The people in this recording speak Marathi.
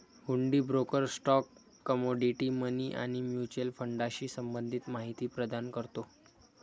हुंडी ब्रोकर स्टॉक, कमोडिटी, मनी आणि म्युच्युअल फंडाशी संबंधित माहिती प्रदान करतो